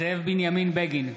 זאב בנימין בגין,